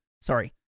Sorry